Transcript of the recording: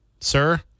sir